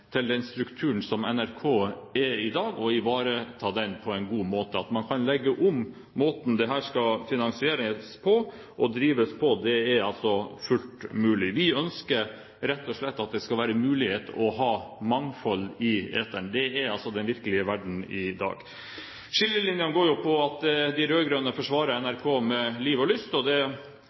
til den strukturen som NRK har i dag, og ivareta den på en god måte. Å legge om måten dette skal finansieres og drives på, er altså fullt mulig. Vi ønsker rett og slett at det skal være mulig å ha et mangfold i eteren. Det er den virkelige verden i dag. Skillelinjene går på at de rød-grønne forsvarer NRK med liv og lyst. Det